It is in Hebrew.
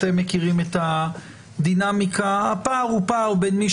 אתם מכירים את הדינמיקה - והפער הוא פער בין מי